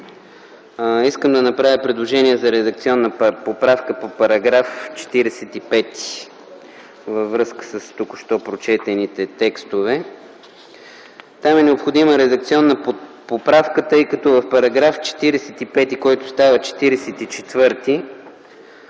искам да направя предложение за редакционна поправка по § 45 във връзка с току-що прочетените текстове. Там е необходима редакционна поправка, тъй като в § 45, който става § 44,